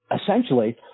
essentially